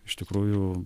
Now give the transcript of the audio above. iš tikrųjų